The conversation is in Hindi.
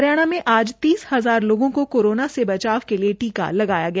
हरियाणा में आज तीस हजार लोगों को कोरोना से बचाव के लिए टीका लगाया गया